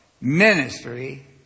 ministry